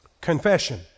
confession